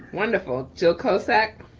wonderful, jill kosack.